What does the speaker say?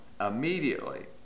immediately